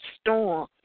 storm